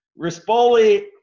Rispoli